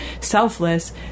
selfless